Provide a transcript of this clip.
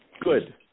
Good